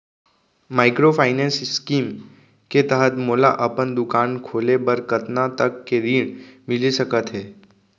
Microfinance scheme के तहत मोला अपन दुकान खोले बर कतना तक के ऋण मिलिस सकत हे?